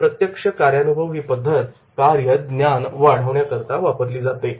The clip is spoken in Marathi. प्रत्यक्ष कार्यानुभव ही पद्धत कार्य ज्ञान वाढवण्याकरता वापरली जाते